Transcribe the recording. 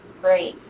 Great